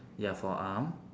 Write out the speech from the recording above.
ya forearm